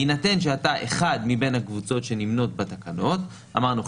בהינתן שאתה אחד מבין הקבוצות שנמנות בתקנות אמרנו,